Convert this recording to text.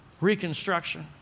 reconstruction